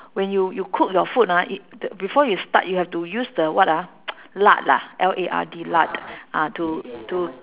when you you cook your food ah it you before you start you have to use the what ah lard ah L A R D lard ah to to